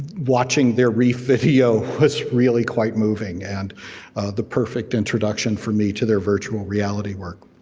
watching their reef video was really quite moving, and the perfect introduction for me to their virtual reality work.